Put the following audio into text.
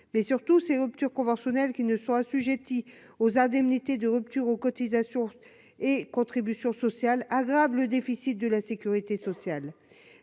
mais surtout, ces ruptures conventionnelles qui ne soient assujetties aux indemnités de rupture aux cotisations et contributions sociales aggrave le déficit de la Sécurité sociale,